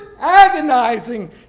agonizing